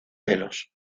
pelos